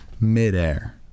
Midair